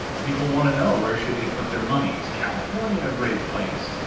and people want to know where should they put their money. is california a great place?